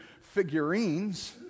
figurines